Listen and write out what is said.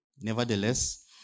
nevertheless